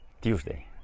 Tuesday